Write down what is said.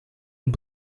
und